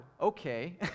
Okay